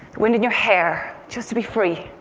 wind in your hair just to be free.